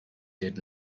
did